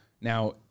Now